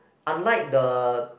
unlike the